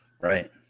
Right